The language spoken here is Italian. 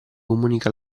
comunica